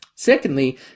Secondly